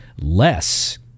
less